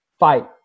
fight